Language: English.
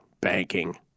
banking